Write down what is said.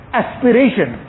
aspiration